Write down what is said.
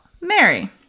Mary